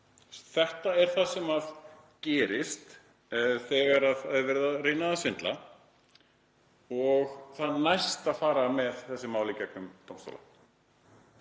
Þetta er það sem gerist þegar verið er að reyna að svindla og það næst að fara með þessi mál í gegnum dómstóla.